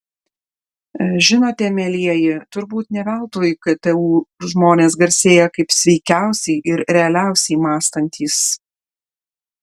žinote mielieji turbūt ne veltui ktu žmonės garsėja kaip sveikiausiai ir realiausiai mąstantys